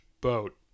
boat